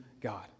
God